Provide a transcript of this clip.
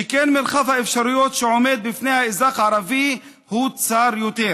שכן מרחב האפשרויות שעומד בפני האזרח הערבי הוא צר יותר,